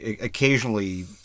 occasionally